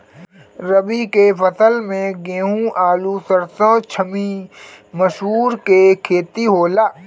रबी के फसल में गेंहू, आलू, सरसों, छीमी, मसूर के खेती होला